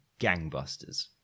gangbusters